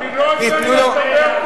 אני לא אתן לו לדבר פה.